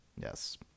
yes